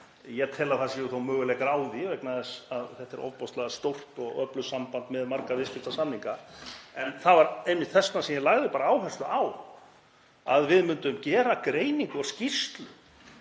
Ég tel að það séu möguleikar á því vegna þess að þetta er ofboðslega stórt og öflugt samband með marga viðskiptasamninga. Það var einmitt þess vegna sem ég lagði áherslu á að við myndum gera greiningu og skýrslu,